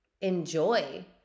enjoy